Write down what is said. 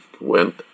went